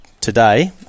today